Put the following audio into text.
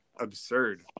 absurd